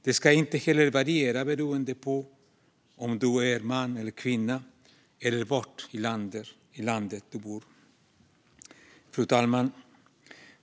Det ska inte heller variera beroende på om du är man eller kvinna eller var i landet du bor. Fru talman!